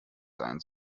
sein